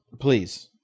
Please